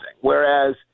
whereas